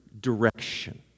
direction